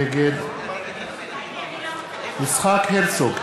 נגד יצחק הרצוג,